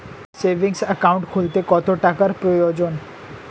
Savings account খুলতে কত টাকার প্রয়োজন?